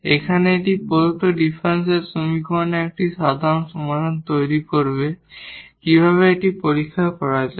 এখানে এই প্রদত্ত ডিফারেনশিয়াল সমীকরণের একটি সাধারণ সমাধান তৈরি করবে কিভাবে এটি পরীক্ষা করা যায়